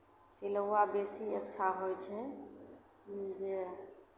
सिलौआ बेसी अच्छा होइ छै कि जे